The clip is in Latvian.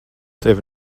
tevi